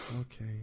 Okay